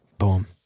Boom